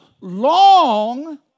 long